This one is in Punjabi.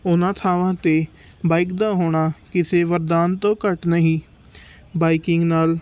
ਉਹਨਾਂ ਥਾਂਵਾਂ 'ਤੇ ਬਾਈਕ ਦਾ ਹੋਣਾ ਕਿਸੇ ਵਰਦਾਨ ਤੋਂ ਘੱਟ ਨਹੀਂ ਬਾਈਕਿੰਗ ਨਾਲ